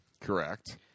Correct